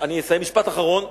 משפט אחרון.